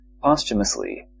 posthumously